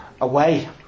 away